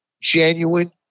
genuine